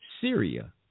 Syria